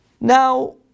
Now